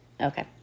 Okay